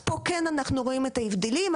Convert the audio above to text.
פה אנחנו רואים את ההבדלים.